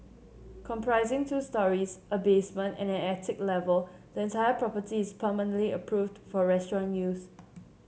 comprising two storeys a basement and an attic level the entire property is permanently approved for restaurant use